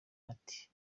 ati